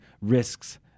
risks